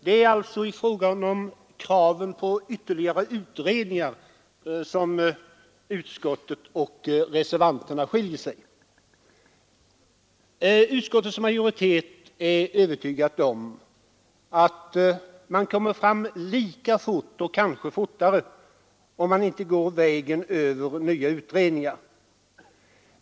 Det är alltså i fråga om kraven på ytterligare utredningar som utskottsmajoriteten och reservanterna skiljer sig. Utskottets majoritet är övertygad om att man kommer fram lika fort — och kanske fortare — om man inte går vägen över nya utredningar.